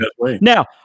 Now